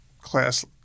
class